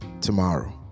tomorrow